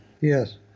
Yes